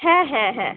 হ্যাঁ হ্যাঁ হ্যাঁ